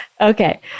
Okay